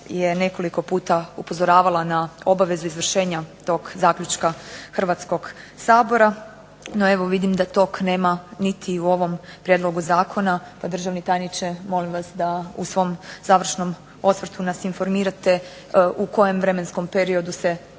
stranka je nekoliko puta upozoravala na obavezu izvršenja tog zaključka Hrvatskog sabora. No evo vidim da tog nema niti u ovom prijedlogu zakona, pa državni tajniče molim vas da u svom završnom osvrtu nas informirate u kojem vremenskom periodu se planira